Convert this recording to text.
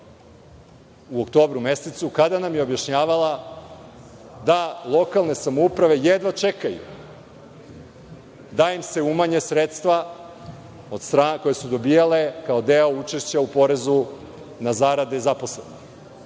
u oktobru mesecu, kada nam je objašnjavala da lokalne samouprave jedva čekaju da im se umanje sredstva koja su dobijale kao deo učešća u porezu na zarade zaposlenih